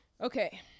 okay